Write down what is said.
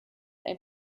ein